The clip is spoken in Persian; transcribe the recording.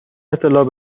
اطلاع